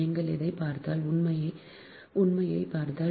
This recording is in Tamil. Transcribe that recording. நீங்கள் அதைப் பார்த்தால் உள்ளமைவைப் பார்த்தால்